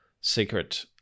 secret